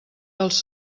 dels